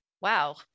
wow